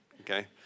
okay